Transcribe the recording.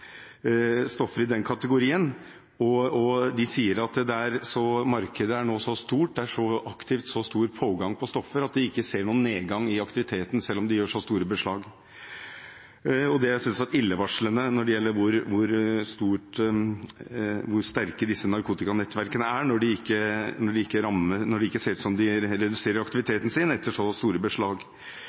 stoffer i kategorien cannabis/hasj, og de sier at markedet nå er så stort – det er så aktivt og så stor tilgang på stoffer – at de ikke ser noen nedgang i aktiviteten selv om de gjør så store beslag. Det er selvsagt illevarslende når det gjelder hvor sterke narkotikanettverkene er, når det ikke ser ut som at de reduserer aktiviteten sin etter så store beslag.